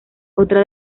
otra